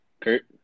Kurt